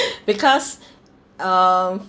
because um